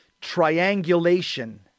triangulation